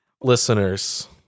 listeners